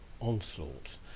onslaught